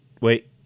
Wait